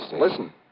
Listen